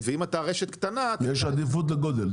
ואם אתה רשת קטנה --- יש עדיפות לגודל,